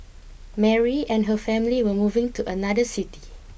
Mary and her family were moving to another city